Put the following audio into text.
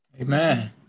amen